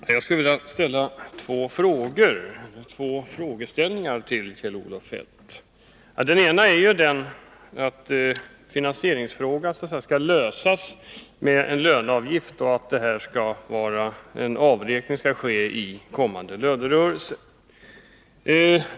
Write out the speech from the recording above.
Herr talman! Jag skulle vilja ställa två frågor till Kjell-Olof Feldt. Finansieringen skall klaras med en löneavgift som räknas av i den kommande lönerörelsen.